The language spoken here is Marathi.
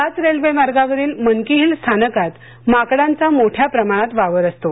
या रेल्वे मार्गावरील मंकी हिल स्थानकात माकडांचा मोठ्या प्रमाणात वावर असतो